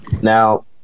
Now